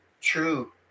true